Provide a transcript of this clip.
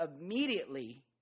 immediately